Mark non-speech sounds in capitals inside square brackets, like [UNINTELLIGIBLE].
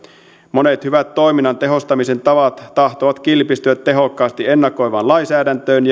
monet hyvät toiminnan tehostamisen tavat tahtovat kilpistyä tehokkaasti ennakoivaan lainsäädäntöön [UNINTELLIGIBLE]